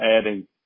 adding